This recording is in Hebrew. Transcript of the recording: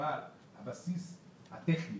הבסיס הטכני,